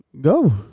go